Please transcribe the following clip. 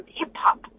hip-hop